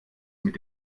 mit